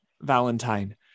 Valentine